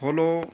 follow